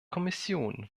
kommission